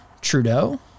Trudeau